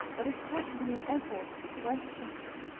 but it cost me an effort to question him,